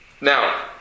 Now